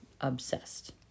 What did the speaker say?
obsessed